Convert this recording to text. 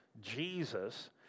Jesus